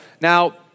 Now